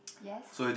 yes